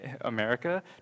America